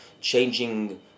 changing